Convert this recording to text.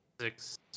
six